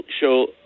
show